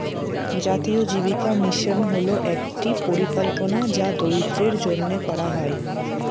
জাতীয় জীবিকা মিশন হল একটি পরিকল্পনা যা দরিদ্রদের জন্য করা হয়